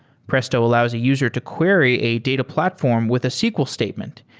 presto allows a user to query a data platform with a sql statement,